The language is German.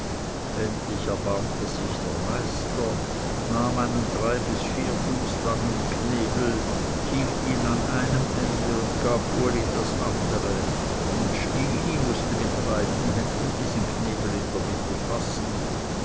endlich erbarmte sich der meister nahm einen drei bis vier fuß langen knebel hielt ihn an einem ende und gab uli das andere und stini mußte nun mit beiden händen diesen knebel in der mitte fassen